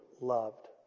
loved